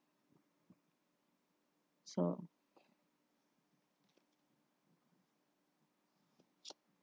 so